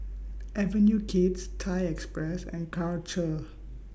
Avenue Kids Thai Express and Karcher